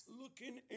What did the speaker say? looking